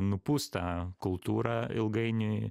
nupūs tą kultūrą ilgainiui